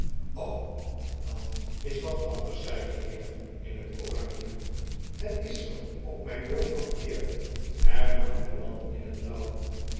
dat is wat anders zei de heer in het oranje het is zoo op mijn woord van eer hernam de man in het blauw